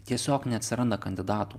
tiesiog neatsiranda kandidatų